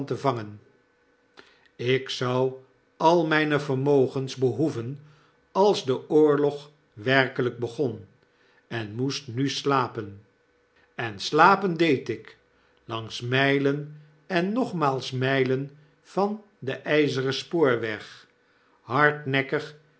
vangen ik zou al mijne vermogens behoeven als de oorlog werkeiijk begon en moest nu slapen en slapen deed ik langs mylen en nogmaals mylen van den yzeren spoorweg hardnekkig